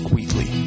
Weekly